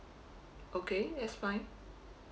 okay that's fine